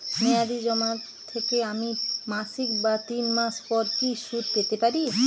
মেয়াদী জমা থেকে আমি মাসিক বা তিন মাস পর কি সুদ পেতে পারি?